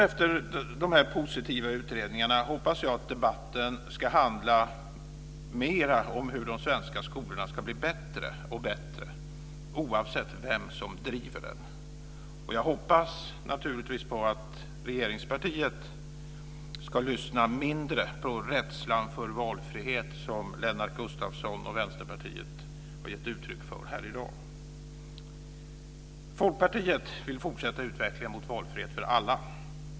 Efter dessa positiva utredningar hoppas jag att debatten ska handla mer om hur de svenska skolorna ska bli bättre och bättre, oavsett vem som driver dem. Jag hoppas naturligtvis att regeringspartiet ska lyssna mindre på rädslan för valfrihet, som Lennart Gustavsson och Vänsterpartiet har gett uttryck för här i dag. Folkpartiet vill fortsätta utvecklingen mot valfrihet för alla.